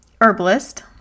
herbalist